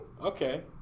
okay